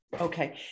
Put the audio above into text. Okay